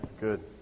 Good